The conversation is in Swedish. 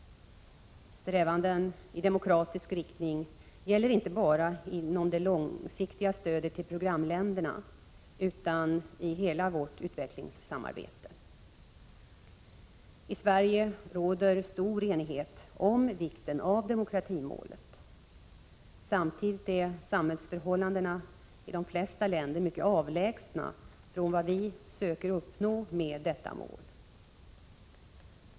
Strävanden i demokratisk riktning gäller inte bara i det långsiktiga stödet till programländerna utan i hela vårt utvecklingssamarbete. I Sverige råder stor enighet om vikten av demokratimålet. Samtidigt är samhällsförhållandena i de flesta u-länder mycket avlägsna från vad vi söker uppnå med detta mål.